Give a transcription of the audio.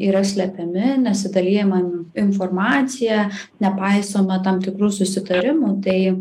yra slepiami nesidalijama informacija nepaisoma tam tikrų susitarimų tai